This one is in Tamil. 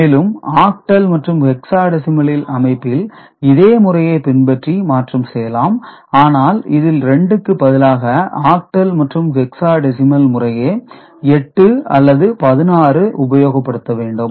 மேலும் ஆக்டல் மற்றும் ஹெக்ஸாடெசிமல் அமைப்பில் இதே முறையை பின்பற்றி மாற்றம் செய்யலாம் ஆனால் இதில் 2 க்கு பதிலாக ஆக்டல் மற்றும் ஹெக்ஸாடெசிமல் முறையே 8 அல்லது 16 உபயோகப்படுத்த வேண்டும்